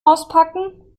auspacken